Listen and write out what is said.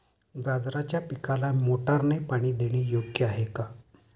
गाजराच्या पिकाला मोटारने पाणी देणे योग्य आहे का?